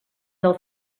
del